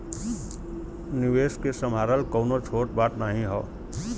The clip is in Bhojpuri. निवेस के सम्हारल कउनो छोट बात नाही हौ